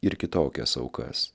ir kitokias aukas